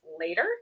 later